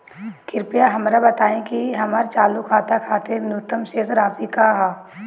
कृपया हमरा बताइं कि हमर चालू खाता खातिर न्यूनतम शेष राशि का ह